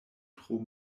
tro